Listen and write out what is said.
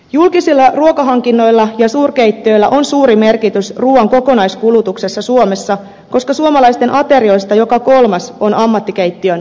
julkisilla ruokahankinnoilla ja suurkeittiöillä on suuri merkitys ruuan kokonaiskulutuksessa suomessa koska suomalaisten aterioista joka kolmas on ammattikeittiön valmistama